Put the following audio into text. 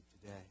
today